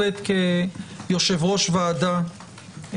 כיושב-ראש ועדה,